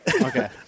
Okay